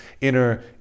inner